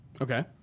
Okay